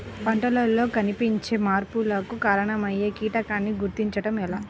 పంటలలో కనిపించే మార్పులకు కారణమయ్యే కీటకాన్ని గుర్తుంచటం ఎలా?